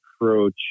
approach